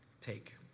take